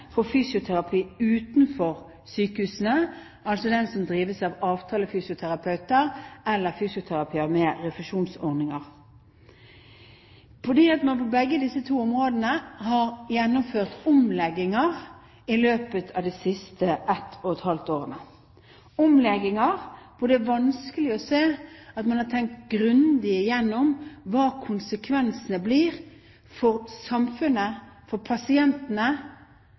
for fysioterapi utenfor sykehusene – altså den som drives av avtalefysioterapeuter eller fysioterapeuter med refusjonsordninger – fordi man på begge disse to områdene har gjennomført omlegginger i løpet av det siste halvannet år. Dette er omlegginger hvor det er vanskelig å se at man har tenkt grundig gjennom hva konsekvensene blir for samfunnet og for pasientene,